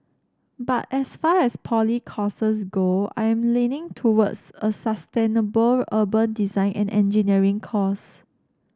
but as far as poly courses go I am leaning towards a sustainable urban design and engineering course